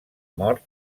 mort